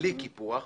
בלי קיפוח,